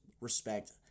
respect